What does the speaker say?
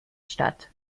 statt